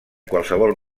qualsevol